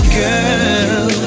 girl